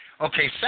Okay